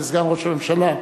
לסגן ראש הממשלה,